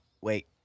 wait